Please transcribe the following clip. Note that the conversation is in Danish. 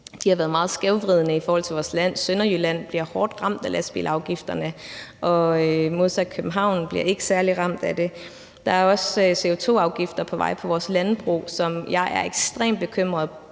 har været meget skævvridende i forhold til vores land. Sønderjylland bliver hårdt ramt af lastbilafgifterne, og København bliver modsat ikke særlig hårdt ramt af det. Der er også CO2-afgifter på vej i vores landbrug, som jeg er ekstremt bekymret